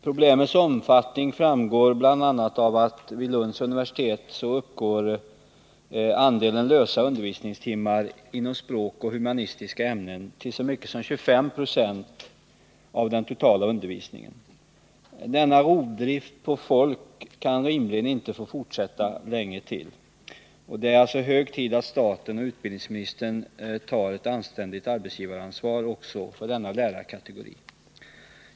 Problemets omfattning framgår bl.a. av att andelen lösa undervisningstimmar inom språk och humanistiska ämnen vid Lunds universitet uppgår till så mycket som 25 90 av den totala undervisningen. Denna rovdrift på människor kan rimligen inte få fortsätta länge till. Det är alltså hög tid att staten och utbildningsministern tar ett anständigt arbetsgivaransvar också för denna lärarkategori.